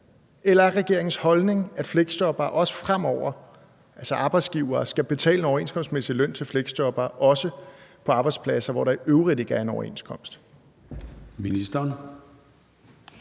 Eller er det regeringens holdning, at arbejdsgivere også fremover skal betale en overenskomstmæssig løn til fleksjobbere, også på arbejdspladser, hvor der i øvrigt ikke er en overenskomst?